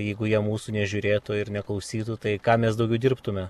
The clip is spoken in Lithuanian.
jeigu jie mūsų nežiūrėtų ir neklausytų tai ką mes daugiau dirbtume